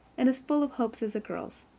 and as full of hopes as a girl's.